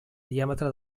diàmetre